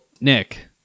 Nick